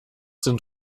sind